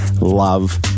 love